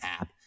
app